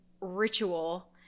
ritual